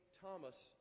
Thomas